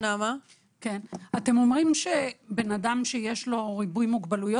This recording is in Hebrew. אתם אומרים שאדם שיש לו ריבוי מוגבלויות